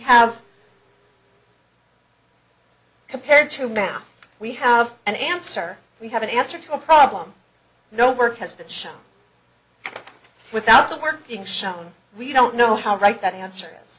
have compared to now we have an answer we have an answer to a problem no work has been shown without the work being shown we don't know how right that answer